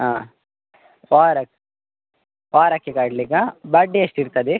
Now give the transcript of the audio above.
ಹಾಂ ವಾರಕ್ಕೆ ವಾರಕ್ಕೆ ಕಟ್ಲಿಕ್ಕಾ ಬಡ್ಡಿ ಎಷ್ಟು ಇರ್ತದೆ